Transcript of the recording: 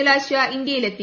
Jalashwa ഇന്ത്യയിലെത്തി